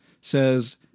says